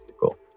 Cool